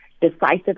decisive